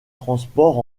transport